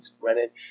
Greenwich